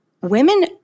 women